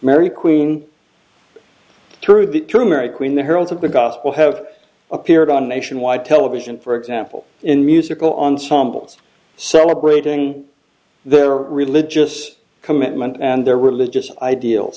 mary queen the heralds of the gospel have appeared on nationwide television for example in musical on samples celebrating their religious commitment and their religious ideals